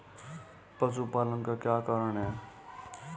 पशुपालन का क्या कारण है?